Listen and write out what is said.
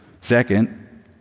Second